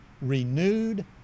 renewed